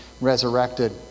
resurrected